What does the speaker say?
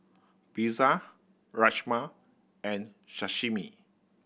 Pizza Rajma and Sashimi